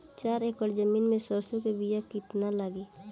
चार एकड़ जमीन में सरसों के बीया कितना लागी?